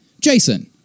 Jason